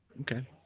Okay